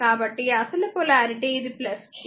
కాబట్టి అసలు పొలారిటీ ఇది ఇది